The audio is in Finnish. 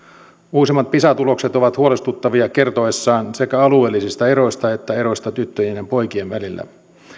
uusimmat pisa tulokset ovat huolestuttavia kertoessaan sekä alueellisista eroista että eroista tyttöjen ja poikien välillä